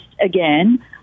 again